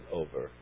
over